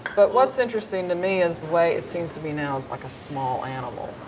but what's interesting to me is the way it seems to be now is like a small animal,